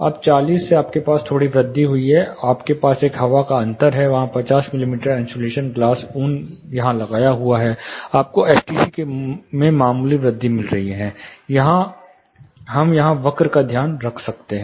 अब 40 से आपके पास थोड़ी वृद्धि हुई है आपके पास एक हवा का अंतर है वही 50 मिमी इन्सुलेशन ग्लास ऊन यहां लगाया गया है आपको एसटीसी में मामूली वृद्धि मिल रही है हम यहाँ वक्र का ध्यान रख सकते हैं